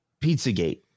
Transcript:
Pizzagate